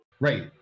Right